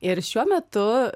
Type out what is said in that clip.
ir šiuo metu